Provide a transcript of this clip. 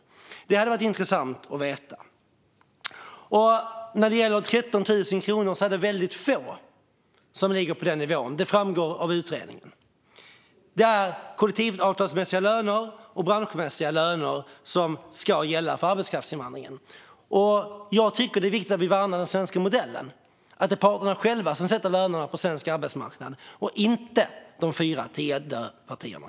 Det hade varit intressant att veta. När det gäller en lön på 13 000 kronor är det väldigt få som ligger på den nivån. Det framgår av utredningen. Det är kollektivavtalsmässiga och branschmässiga löner som ska gälla för arbetskraftsinvandringen, och jag tycker att det är viktigt att vi värnar den svenska modellen - att det är parterna själva som sätter lönerna på svensk arbetsmarknad, inte de fyra Tidöpartierna.